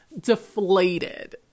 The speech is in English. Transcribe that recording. deflated